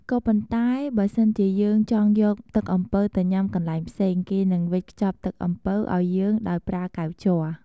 ក៏ប៉ុន្តែបើសិនជាយើងចង់យកទឹកអំពៅទៅញុាំកន្លែងផ្សេង គេនឹងវេចខ្ចប់ទឹកអំពៅឱ្យយើងដោយប្រើកែវជ័រ។